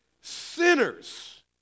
Sinners